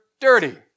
dirty